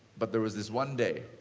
but there was this one day.